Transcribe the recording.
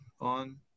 on